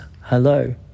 Hello